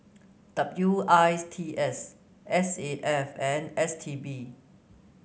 W I T S S A F and S T B